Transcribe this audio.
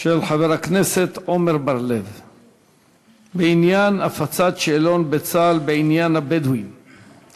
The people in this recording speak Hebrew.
של חבר הכנסת עמר בר-לב בנושא: הפצת שאלון בעניין הבדואים בצה"ל.